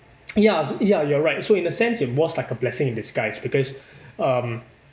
ya ya you're right so in a sense it was like a blessing in disguise because um